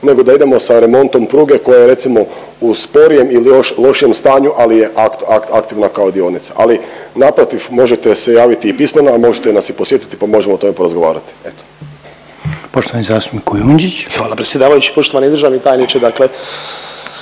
nego da idemo sa remontom pruge koja je recimo, u sporijem ili još lošijem stanju, ali je aktivna kao dionica. Ali naprotiv, možete se javiti i pismeno, a možete nas i posjetiti pa možemo o tome porazgovarati. Eto. **Reiner, Željko (HDZ)** Poštovani zastupnik